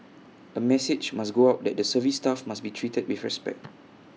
A message must go out that the service staff must be treated with respect